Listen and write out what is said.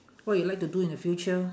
what you like to do in the future